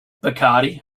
bacardi